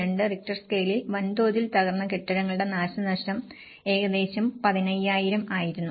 2 Richter സ്കെയിലിൽ വൻതോതിൽ തകർന്ന വീടുകളുടെ നാശനഷ്ടം ഏകദേശം 15000 ആയിരുന്നു